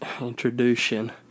introduction